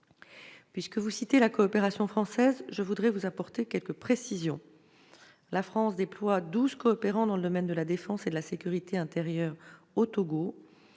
Puisque vous citez la coopération franco-togolaise, je voudrais vous apporter quelques précisions. La France déploie au Togo 12 coopérants dans le domaine de la défense et de la sécurité intérieure. Pour